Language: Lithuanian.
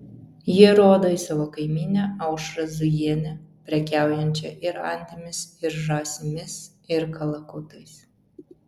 ji rodo į savo kaimynę aušrą zujienę prekiaujančią ir antimis ir žąsimis ir kalakutais